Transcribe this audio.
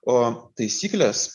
o taisykles